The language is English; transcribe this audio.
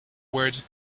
words